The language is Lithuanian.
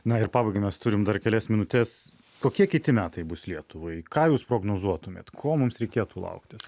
na ir pabaigai mes turim dar kelias minutes kokie kiti metai bus lietuvai ką jūs prognozuotumėt ko mums reikėtų lauktis